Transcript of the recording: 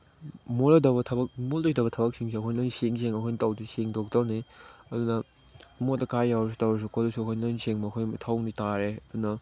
ꯃꯣꯠꯂꯣꯏꯗꯧꯕ ꯊꯕꯛ ꯃꯣꯠꯂꯣꯏꯗꯧꯕ ꯊꯕꯛꯁꯤꯡꯁꯦ ꯑꯩꯈꯣꯏ ꯂꯣꯏ ꯁꯦꯡ ꯁꯦꯡ ꯑꯩꯈꯣꯏ ꯇꯧ ꯁꯦꯡꯗꯣꯛꯇꯧꯅꯤ ꯑꯗꯨꯅ ꯑꯃꯣꯠ ꯑꯀꯥꯏ ꯌꯥꯎꯔꯁꯨ ꯇꯧꯔꯁꯨ ꯈꯣꯠꯂꯁꯨ ꯑꯩꯈꯣꯏ ꯂꯣꯏ ꯁꯦꯡꯕ ꯑꯩꯈꯣꯏ ꯏꯊꯧ ꯇꯥꯔꯦ ꯑꯗꯨꯅ